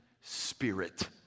spirit